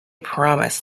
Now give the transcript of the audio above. promised